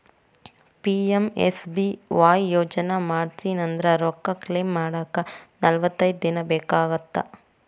PMSBY ಯೋಜನಾ ಮಾಡ್ಸಿನಂದ್ರ ರೊಕ್ಕ ಕ್ಲೇಮ್ ಮಾಡಾಕ ನಲವತ್ತೈದ್ ದಿನ ಬೇಕಾಗತ್ತಾ